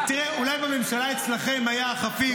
אולי בממשלה אצלכם היה חפיף.